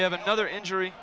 we have another injury